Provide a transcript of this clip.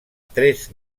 tres